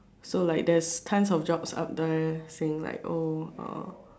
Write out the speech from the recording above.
so like there's tons of jobs out there saying like oh uh